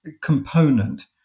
component